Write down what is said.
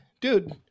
dude